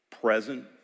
present